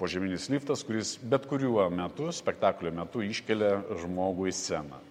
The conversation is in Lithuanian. požeminis liftas kuris bet kuriuo metu spektaklio metu iškelia žmogų į sceną